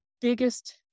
biggest